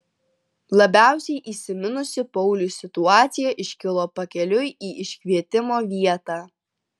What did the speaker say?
labiausiai įsiminusi pauliui situacija iškilo pakeliui į iškvietimo vietą